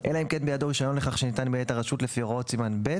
אלא אם כן בידו רישיון לכך שניתן מאת הרשות לפי הוראות סימן ב'